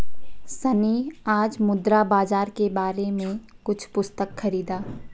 सन्नी आज मुद्रा बाजार के बारे में कुछ पुस्तक खरीदा